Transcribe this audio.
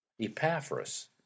Epaphras